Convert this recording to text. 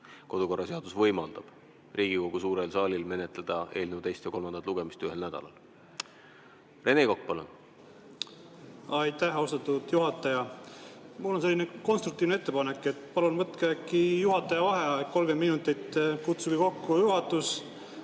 Kodukorraseadus võimaldab Riigikogu suurel saalil teha eelnõu teist ja kolmandat lugemist ühel nädalal. Rene Kokk, palun! Aitäh, austatud juhataja! Mul on selline konstruktiivne ettepanek: palun võtke juhataja vaheaeg 30 minutit, kutsuge kokku juhatus,